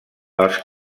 els